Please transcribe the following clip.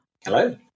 Hello